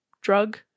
drug